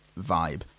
vibe